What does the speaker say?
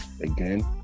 again